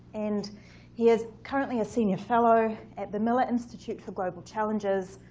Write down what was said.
and he is currently a senior fellow at the miller institute for global challenges,